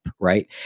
right